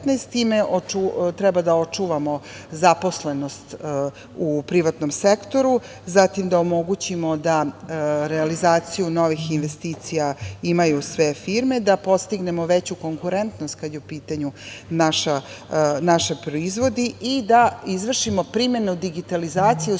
Time treba da očuvamo zaposlenost u privatnom sektoru, da omogućimo da realizaciju novih investicija imaju sve firme, da postignemo veću konkurentnost kada su u pitanju naši proizvodi i da izvršimo primenu digitalizacije u svim